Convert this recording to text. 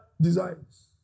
designs